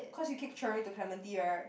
cause you keep travelling to Clementi right